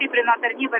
stiprina tarnybas